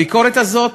הביקורת הזאת